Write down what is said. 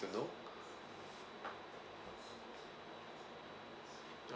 to know